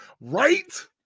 Right